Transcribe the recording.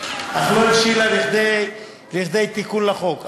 אך לא הבשילה לכדי תיקון לחוק.